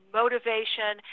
motivation